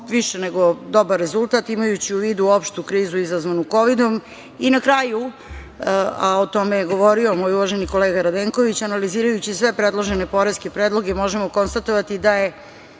više nego dobar rezultat, imajući u vidu opštu krizu izazvanu kovidom. Na kraju, a o tome je govorio moj uvaženi kolega Radenković, analizirajući sve predložene poreske predloge, možemo konstatovati da je